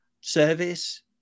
service